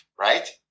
right